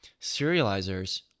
serializers